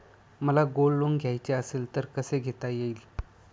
मला gold loan घ्यायचे असेल तर कसे घेता येईल?